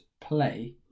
play